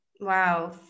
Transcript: Wow